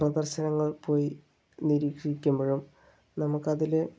പ്രദർശനങ്ങൾ പോയി നിരീക്ഷിക്കുമ്പോഴും നമുക്കതിൽ